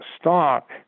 stock